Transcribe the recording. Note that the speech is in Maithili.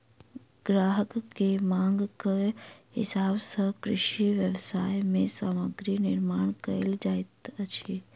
ग्राहकक मांग के हिसाब सॅ कृषि व्यवसाय मे सामग्री निर्माण कयल जाइत अछि